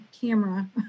camera